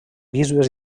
bisbes